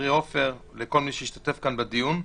חברי עופר וכל המשתתפים בדיון.